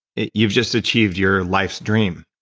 you've just achieved your life's dream.